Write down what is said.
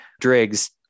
driggs